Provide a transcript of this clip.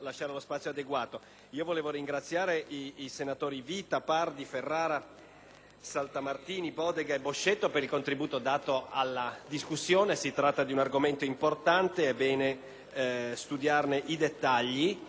Saltamartini, Bodega e Boscetto per il contributo dato alla discussione: si tratta di un argomento importante di cui è bene studiare i dettagli. In particolare, il senatore Vita ha ricordato l'importanza di